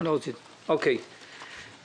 כבר דיברתי.